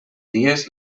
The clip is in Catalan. dies